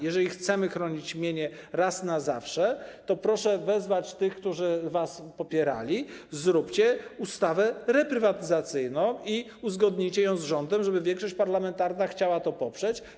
Jeżeli chcemy chronić mienie raz na zawsze, to proszę wezwać tych, którzy was popierali, zróbcie ustawę reprywatyzacyjną i uzgodnijcie ją z rządem, żeby większość parlamentarna chciała to poprzeć.